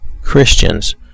Christians